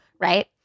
Right